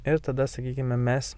ir tada sakykime mes